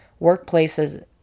workplaces